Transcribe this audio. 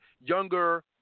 younger